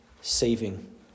saving